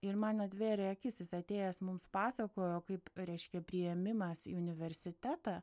ir man atvėrė akis jis atėjęs mums pasakojo kaip reiškia priėmimas į universitetą